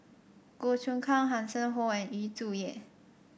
Goh Choon Kang Hanson Ho and Yu Zhuye